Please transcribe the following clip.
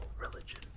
religion